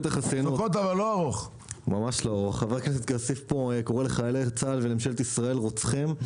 חבר הכנסת כסיף פה קורא לחיילי צה"ל ולממשלת ישראל רוצחים.